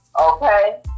okay